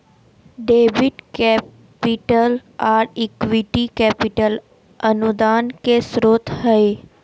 debit capital, आर equity capital अनुदान के स्रोत हय